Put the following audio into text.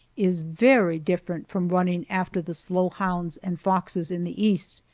is very different from running after the slow hounds and foxes in the east,